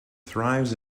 thrives